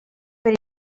per